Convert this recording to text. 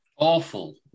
Awful